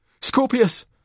Scorpius